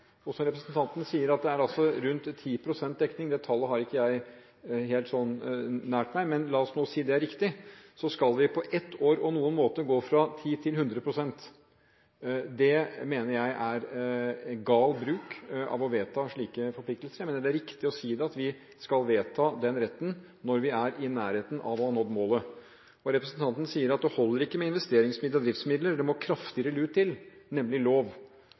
med demens. Representanten sier også at det er rundt 10 pst. dekning i dag. Det tallet har ikke jeg her, men la oss nå si at det er riktig – da skal vi på ett år og noen måneder gå fra 10 til 100 pst. Det mener jeg er en gal bruk av å vedta slike forpliktelser. Jeg mener det er riktig å si at vi skal vedta den retten når vi er i nærheten av å ha nådd målet. Og representanten sier at det holder ikke med investeringsmidler og driftsmidler, men at det må «kraftigere lut» til – nemlig lov.